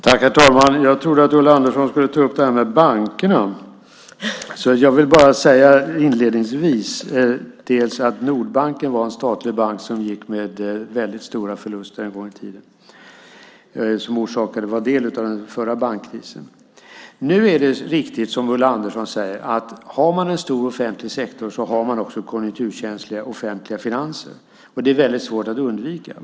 Herr talman! Jag trodde att Ulla Andersson skulle ta upp det här med bankerna, så jag vill bara säga inledningsvis att Nordbanken var en statlig bank som gick med väldigt stora förluster en gång i tiden och som var en del av den förra bankkrisen. Nu är det riktigt, som Ulla Andersson säger, att har man en stor offentlig sektor så har man också konjunkturkänsliga offentliga finanser. Det är väldigt svårt att undvika.